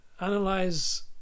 analyze